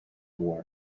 war